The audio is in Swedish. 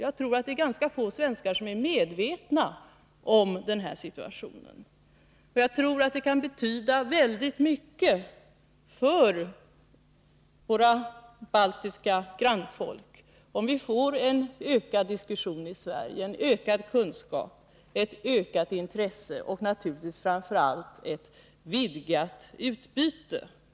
Jag tror, som sagt, att ganska få svenskar är medvetna om den här situationen. En utökad diskussion, bättre kunskaper och ett vidgat intresse i Sverige kan säkert betyda väldigt mycket för våra baltiska grannfolk. Naturligtvis betyder också ett vidgat utbyte väldigt mycket.